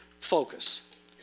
focus